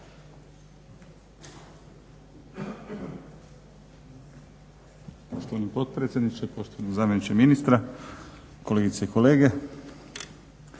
Poštovani potpredsjedniče, poštovani zamjeniče ministra, kolegice i kolege.